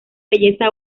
belleza